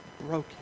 Broken